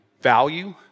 value